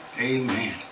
Amen